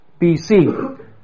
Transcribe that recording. BC